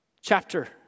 chapter